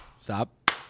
Stop